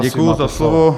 Děkuji za slovo.